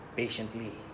patiently